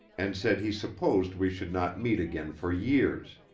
and said he supposed we should not meet again for years